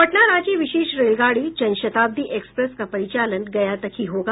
पटना रांची विशेष रेलगाड़ी जनशताब्दी एक्सप्रेस का परिचालन गया तक ही होगा